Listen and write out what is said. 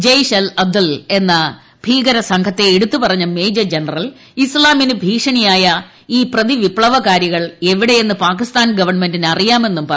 ജയ്ഷ് അൽ അദൽ എന്ന ഭീകര സംഘത്തെ എടുത്തു പറഞ്ഞ മേജർ ജനറൽ ഇസ്താമിന് ഭീഷണിയായ ഈ പ്രതിവിപ്തവകാരികൾ എവിടെയെന്ന് പാകിസ്ഥാൻ ഗവൺമെന്റിന് അവർക്കെതിരെ അറിയാമെന്നും പറഞ്ഞു